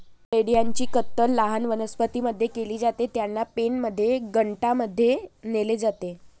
मेंढ्यांची कत्तल लहान वनस्पतीं मध्ये केली जाते, त्यांना पेनमध्ये गटांमध्ये नेले जाते